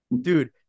Dude